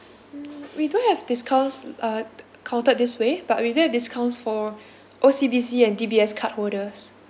mm we do have discounts uh counted this way but we do have discounts for O_C_B_C and D_B_S card holders